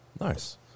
Nice